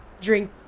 drink